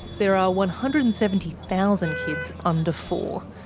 there are one hundred and seventy thousand kids under four.